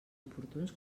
oportuns